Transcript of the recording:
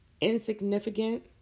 insignificant